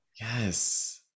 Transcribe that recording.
Yes